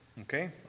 Okay